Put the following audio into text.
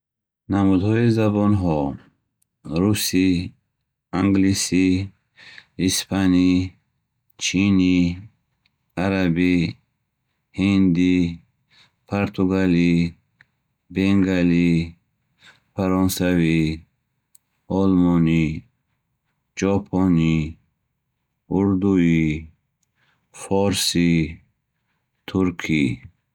намудҳои забонҳо:русӣ, англисӣ, испанӣ, чинӣ арабӣ, ҳиндӣ, партугалӣ, бенгалӣ, фаронсавӣ, олмонӣ, ҷопонӣ, урдуӣ, форсӣ, туркӣ